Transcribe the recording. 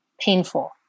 painful